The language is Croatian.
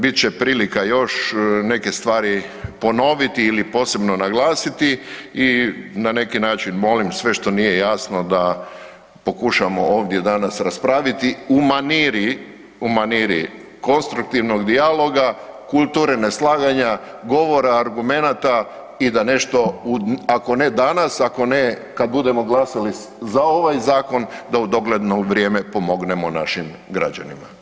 Bit će prilika još neke stvari ponoviti ili posebno naglasiti i na neki način molim da sve što nije jasno da pokušamo ovdje danas raspraviti u maniri konstruktivnog dijaloga, kulture neslaganja govora, argumenata i da nešto, ako ne danas, ako ne kad budemo glasali za ovaj zakon da u dogledno vrijeme pomognemo našim građanima.